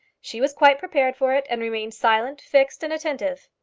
she was quite prepared for it, and remained silent, fixed, and attentive.